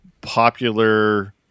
popular